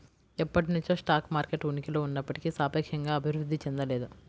ఎప్పటినుంచో stock market ఉనికిలో ఉన్నప్పటికీ సాపేక్షంగా అభివృద్ధి చెందలేదు